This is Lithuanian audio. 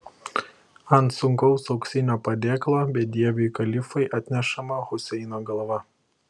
ant sunkaus auksinio padėklo bedieviui kalifui atnešama huseino galva